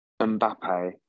Mbappe